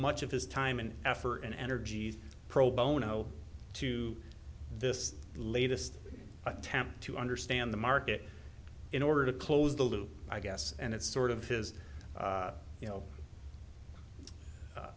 much of his time and effort and energies pro bono to this latest attempt to understand the market in order to close the loop i guess and it's sort of his you know